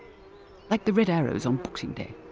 like the red arrows on boxing day.